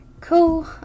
Cool